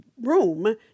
room